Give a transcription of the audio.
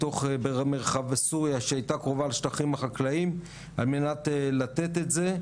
במרחב בסוריה שהייתה קרובה לשטחים החקלאים על מנת לתת את זה,